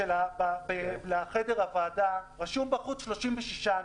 בכניסה לחדר הוועדה כתוב שהתכולה המותרת כעת בחדר עומד על 36 אנשים.